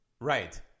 Right